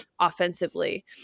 offensively